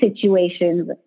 situations